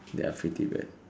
they are pretty bad